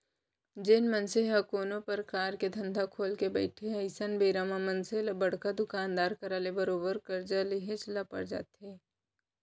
जेन मनसे ह कोनो परकार के धंधा खोलके बइठे हे अइसन बेरा म मनसे ल बड़का दुकानदार करा ले बरोबर करजा लेहेच ल पर जाथे